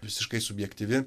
visiškai subjektyvi